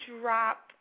drop